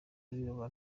b’abirabura